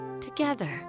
Together